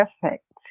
Perfect